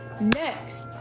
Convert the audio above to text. next